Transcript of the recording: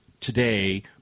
today